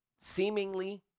Seemingly